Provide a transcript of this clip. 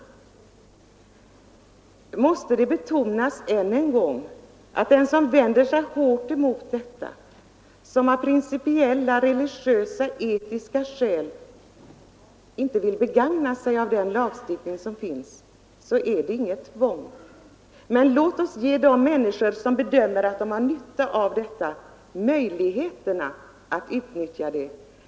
Jag måste betona än en gång att för den som av principiella, religiösa eller etiska skäl vänder sig hårt mot abortlagstiftningen och inte vill utnyttja dess möjlighet är detta inte heller något tvång. Men låt oss ge de människor som bedömer sig ha nytta av denna möjlighet tillfälle att utnyttja den.